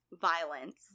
violence